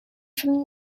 from